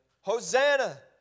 Hosanna